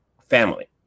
family